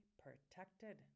protected